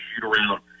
shoot-around